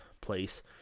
place